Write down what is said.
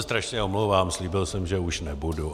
Strašně se omlouvám, slíbil jsem, že už nebudu.